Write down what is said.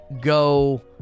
go